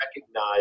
recognize